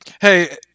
Hey